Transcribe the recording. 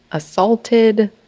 assaulted.